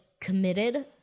committed